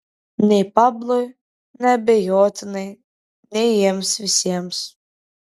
nei pablui neabejotinai nei jiems visiems